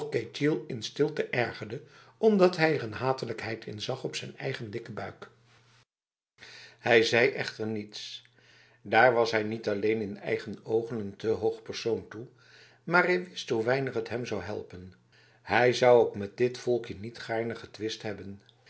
ketjil in stilte ergerde omdat hij er een hatelijkheid in zag op zijn eigen dikke buik hij zei echter niets daar was hij niet alleen in eigen ogen een te hoog persoon toe maar hij wist hoe weinig t hem zou helpen hij zou ook met dit volkje niet gaarne getwist hebben